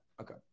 Okay